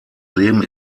leben